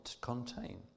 contain